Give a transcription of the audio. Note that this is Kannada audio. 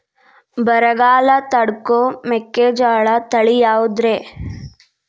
ಬರಗಾಲ ತಡಕೋ ಮೆಕ್ಕಿಜೋಳ ತಳಿಯಾವುದ್ರೇ?